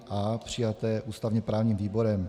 A přijaté ústavněprávním výborem.